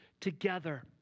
together